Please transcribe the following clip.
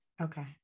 Okay